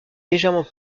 légèrement